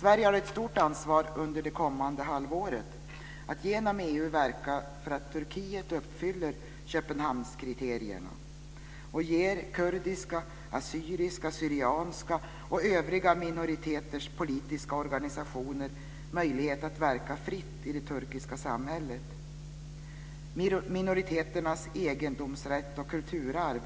Sverige har under det kommande halvåret ett stort ansvar för att genom EU verka för att Turkiet uppfyller Köpenhamnskriterierna och ge kurdiska, assyriska/syrianska och övriga minoriteters politiska organisationer möjlighet att fritt verka i det turkiska samhället. Minoriteternas egendomsrätt och kulturarv